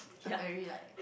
a very like